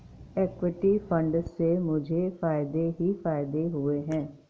equity fund से मुझे फ़ायदे ही फ़ायदे हुए हैं